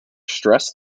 stressed